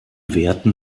werten